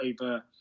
over